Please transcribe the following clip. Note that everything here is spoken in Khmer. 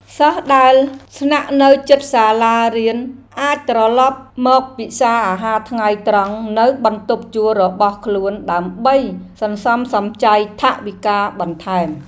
សិស្សដែលស្នាក់នៅជិតសាលារៀនអាចត្រឡប់មកពិសារអាហារថ្ងៃត្រង់នៅបន្ទប់ជួលរបស់ខ្លួនដើម្បីសន្សំសំចៃថវិកាបន្ថែម។